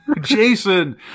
Jason